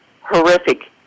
horrific